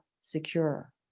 secure